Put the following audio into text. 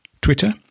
Twitter